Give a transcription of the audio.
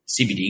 CBD